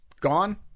gone